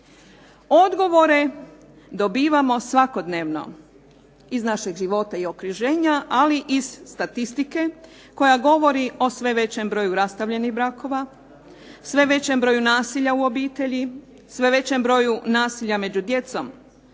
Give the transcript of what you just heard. Odgovore dobivamo svakodnevno iz našeg života i okruženja, ali i iz statistike koja govori o sve većem broju rastavljenih brakova, sve većem broju nasilja u obitelji, sve većem broju nasilja među djecom,